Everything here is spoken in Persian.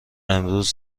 امروز